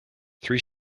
three